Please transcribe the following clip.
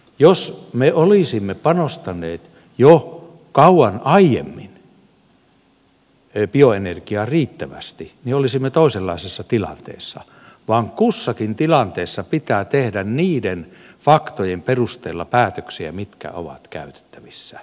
jos me olisimme panostaneet jo kauan aiemmin bioenergiaan riittävästi niin olisimme toisenlaisessa tilanteessa vaan kussakin tilanteessa pitää tehdä niiden faktojen perusteella päätöksiä mitkä ovat käytettävissä